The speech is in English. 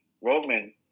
Roman